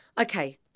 okay